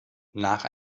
nach